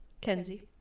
Kenzie